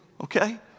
Okay